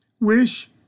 Wish